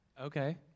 Okay